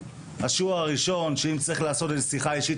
השיעור הראשון שאם צריך לעשות שיחה אישית